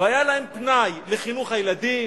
והיה להם פנאי לחינוך הילדים,